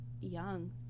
young